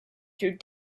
through